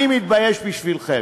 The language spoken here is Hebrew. אני מתבייש בשבילכם.